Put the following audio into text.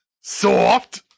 soft